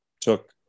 took